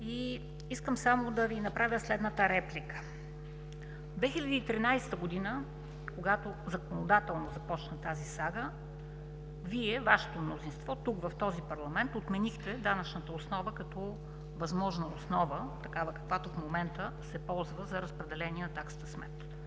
Искам само да Ви направя следната реплика: 2013 г., когато законодателно започна тази сага, Вие, Вашето мнозинство тук, в този парламент отменихте данъчната основа като възможна основа, такава каквато в момента се ползва за разпределение на таксата смет,